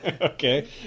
Okay